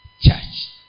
church